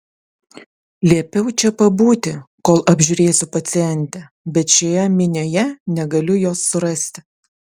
liepiau čia pabūti kol apžiūrėsiu pacientę bet šioje minioje negaliu jos surasti